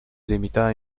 limitada